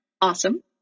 Awesome